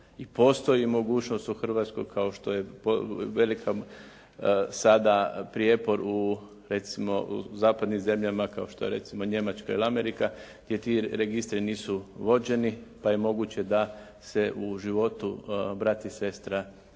postoji mogućnost u Hrvatskoj kao što je velika sada prijepor u recimo zapadnim zemljama kao što je recimo Njemačka ili Amerika gdje ti registri nisu vođeni pa je moguće da se u životu brat i sestra zaljube